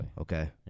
Okay